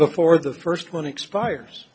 before the first one expires